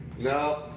No